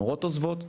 מורות עוזבות,